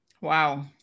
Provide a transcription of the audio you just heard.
Wow